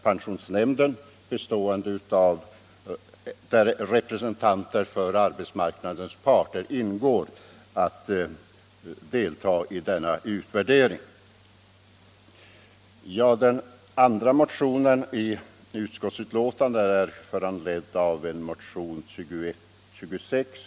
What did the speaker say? Pensionsnämnden, där representanter för arbetsmarknadens parter ingår, kommer att delta i denna utvärdering. Den andra motionen som jag vill ta upp är motionen 2126.